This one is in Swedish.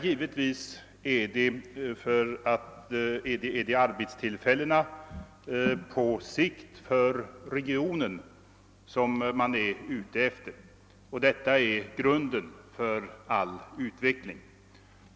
Givetvis är det arbetstillfällena på sikt för regionen som man är ute efter. Detta är grunden för all utveckling.